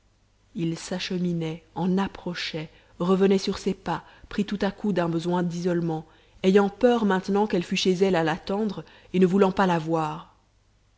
il s'acheminait en approchait revenait sur ses pas pris tout à coup d'un besoin d'isolement ayant peur maintenant qu'elle fût chez elle à l'attendre et ne voulant pas la voir